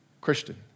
Christian